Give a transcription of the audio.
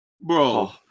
Bro